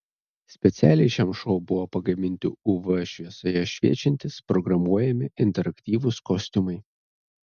specialiai šiam šou buvo pagaminti uv šviesoje šviečiantys programuojami interaktyvūs kostiumai